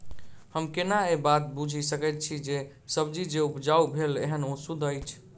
हम केना ए बात बुझी सकैत छी जे सब्जी जे उपजाउ भेल एहन ओ सुद्ध अछि?